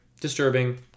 disturbing